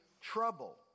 trouble